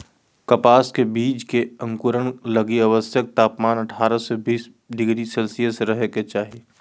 कपास के बीज के अंकुरण लगी आवश्यक तापमान अठारह से बीस डिग्री सेल्शियस रहे के चाही